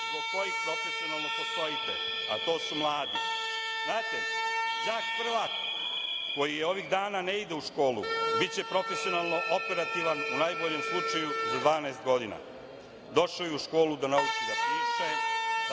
zbog kojih profesionalno postojite, a to su mladi. Znate, đak prvak, koji ovih dana ne ide u školu biće profesionalno operativan, u najboljem slučaju za 12 godina. Došao je u školu da nauči da piše,